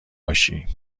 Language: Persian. باشی